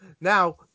Now